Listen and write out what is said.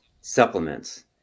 supplements